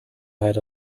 had